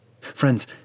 Friends